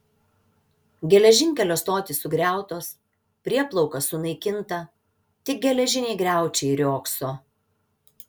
geležinkelio stotys sugriautos prieplauka sunaikinta tik geležiniai griaučiai riogso